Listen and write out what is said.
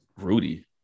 Rudy